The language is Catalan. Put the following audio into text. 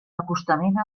acostament